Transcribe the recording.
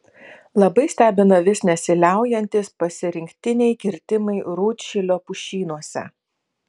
labai stebina vis nesiliaujantys pasirinktiniai kirtimai rūdšilio pušynuose